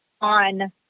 on